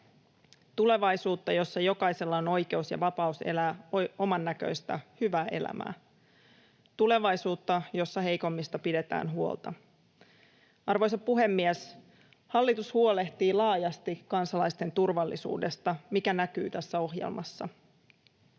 tulevaisuutta, jossa jokaisella on oikeus ja vapaus elää omannäköistä hyvää elämää, tulevaisuutta, jossa heikommista pidetään huolta. Arvoisa puhemies! Hallitus huolehtii laajasti kansalaisten turvallisuudesta, mikä näkyy tässä ohjelmassa.